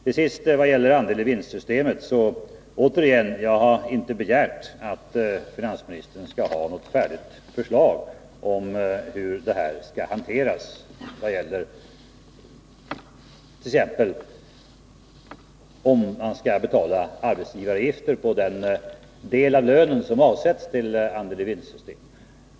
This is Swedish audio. Till sist vill jag när det gäller andel-i-vinst-systemet återigen säga att jag inte har begärt att finansministern skall redogöra för något färdigt förslag om hur detta skall hanteras, t.ex. om man skall betala arbetsgivaravgifter på den del av lönen som avsätts till detta system.